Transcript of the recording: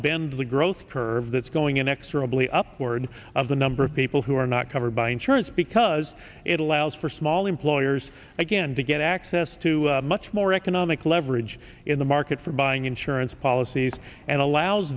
bend the growth curve that's going inexorably upward of the number of people who are not covered by insurance because it allows for small employers again to get access to much more economic leverage in the market for buying insurance policies and allows